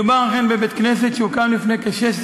מדובר אכן בבית-כנסת שהוקם לפני כ-16